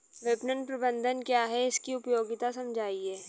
विपणन प्रबंधन क्या है इसकी उपयोगिता समझाइए?